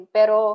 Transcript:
Pero